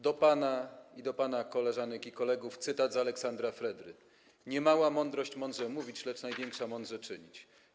Do pana i do pana koleżanek i kolegów kieruję cytat z Aleksandra Fredry: Niemała mądrość mądrze mówić, lecz największa - mądrze czynić.